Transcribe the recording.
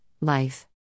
Life